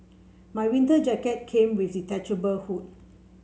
my winter jacket came with a detachable hood